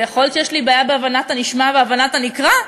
ויכול להיות שיש לי בעיה בהבנת הנשמע ובהבנת הנקרא,